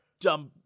dumb